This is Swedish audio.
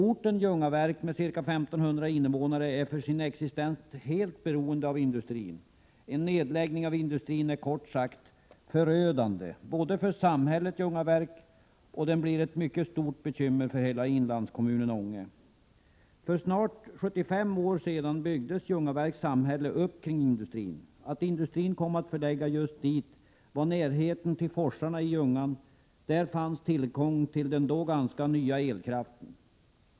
Orten Ljungaverk, med ca 1 500 invånare, är för sin existens helt beroende av industrin. En nedläggning av industrin är kort sagt förödande, inte bara för samhället Ljungaverk. Den blir också ett mycket stort bekymmer för hela inlandskommunen Ånge. För snart 75 år sedan byggdes Ljungaverks samhälle upp kring industrin. Skälet till att industrin kom att förläggas just dit var närheten till forsarna i Ljungan — där fanns tillgång till den då ganska nya elkraften.